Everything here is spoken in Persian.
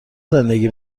زندگی